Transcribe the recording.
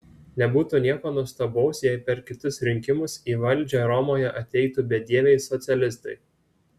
nebūtų nieko nuostabaus jei per kitus rinkimus į valdžią romoje ateitų bedieviai socialistai